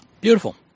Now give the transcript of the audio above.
Beautiful